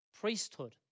priesthood